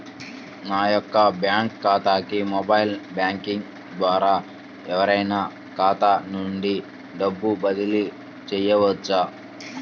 నా యొక్క బ్యాంక్ ఖాతాకి మొబైల్ బ్యాంకింగ్ ద్వారా ఎవరైనా ఖాతా నుండి డబ్బు బదిలీ చేయవచ్చా?